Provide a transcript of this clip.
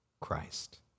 Christ